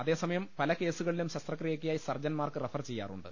അതേസമയം പല കേസുകളിലും ശസ്ത്രക്രിയയ്ക്കായി സർജൻമാർക്ക് റഫർ ചെയ്യാറുണ്ട്